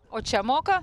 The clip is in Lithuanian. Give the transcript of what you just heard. o čia moka